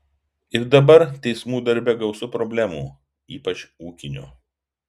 ir dabar teismų darbe gausu problemų ypač ūkinių